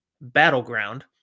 Battleground